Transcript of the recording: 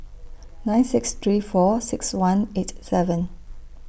nine six three four six one eight seven